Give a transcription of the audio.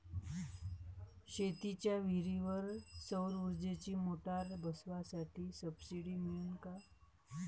शेतीच्या विहीरीवर सौर ऊर्जेची मोटार बसवासाठी सबसीडी मिळन का?